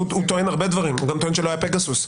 הוא טען הרבה דברים, הוא גם טוען שלא היה פגסוס.